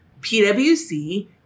PwC